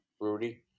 Rudy